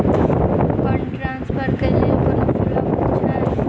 Fund transfer केँ लेल कोनो शुल्कसभ छै?